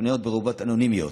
הפניות ברובן אנונימיות.